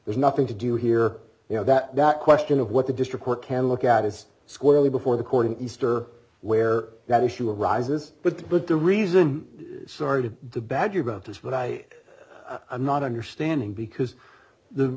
there's nothing to do here you know that that question of what the district court can look at is squarely before the court of easter where that issue arises but the but the reason started the badger about this but i i'm not understanding because the